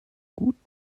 guten